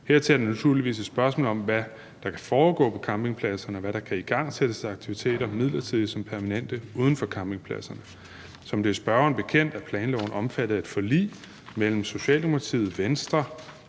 Hertil er det naturligvis et spørgsmål om, hvad der kan foregå på campingpladserne, og hvad der kan igangsættes af aktiviteter, midlertidige som permanente, uden for campingpladserne. Som det er spørgeren bekendt, er planloven omfattet af et forlig mellem Socialdemokratiet, Venstre,